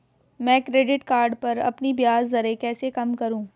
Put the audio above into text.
मैं credit card पर अपनी ब्याज दरें कैसे कम करूँ?